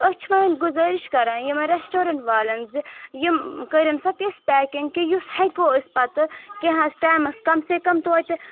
أسۍ چھِ وۅنی گُذٲرش کَران یمن ریسٹورنٛٹ والٮ۪ن زِ یم کٔرنۍ سا تِژھ پیکِنٛگ کہِ یُس ہیکو أسۍ پتہٕ کیٚنٛہہ آسہِ ٹایمس کم سے کم توتہٕ